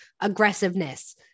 aggressiveness